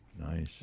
Nice